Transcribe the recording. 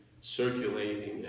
Circulating